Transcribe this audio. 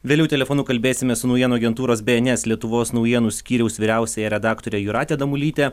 vėliau telefonu kalbėsimės su naujienų agentūros bns lietuvos naujienų skyriaus vyriausiąja redaktore jūrate damulyte